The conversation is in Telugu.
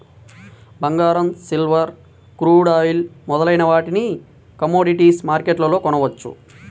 బంగారం, సిల్వర్, క్రూడ్ ఆయిల్ మొదలైన వాటిని కమోడిటీస్ మార్కెట్లోనే కొనవచ్చు